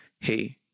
Hey